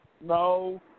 No